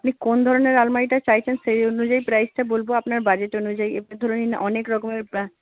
আপনি কোন ধরনের আলমারিটা চাইছেন সেই অনুযায়ী প্রাইসটা বলব আপনার বাজেট অনুযায়ী আপনি ধরে নিন অনেক রকমের